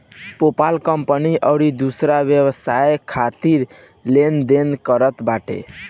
PayPal company अउरी दूसर व्यवसाय खातिर लेन देन करत बाटे